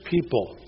people